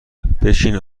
بشین